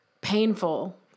painful